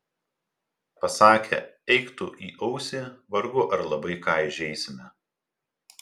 pasakę eik tu į ausį vargu ar labai ką įžeisime